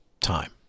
time